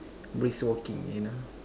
brisk walking you know